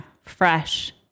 fresh